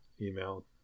email